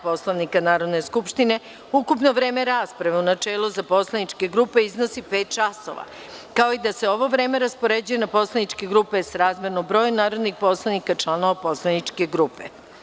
Poslovnika Narodne skupštine, ukupno vreme rasprave u načelu za poslaničke grupe iznosi pet časova, kao i da se ovo vreme raspoređuje na poslaničke grupe srazmerno broju narodnih poslanika članova poslaničke grupe.